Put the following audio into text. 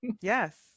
yes